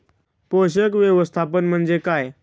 पोषक व्यवस्थापन म्हणजे काय?